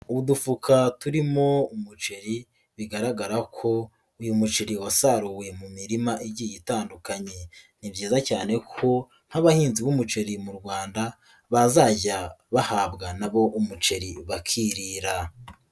Udufuka turimo umuceri bigaragara ko uyu muceri wasaruwe mu mirima igiye itandukanye. Ni byiza cyane ko nk'abahinzi b'umuceri mu Rwanda, bazajya bahabwa nabo umuceri bakirira.